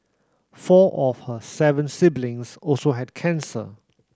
four of her seven siblings also had cancer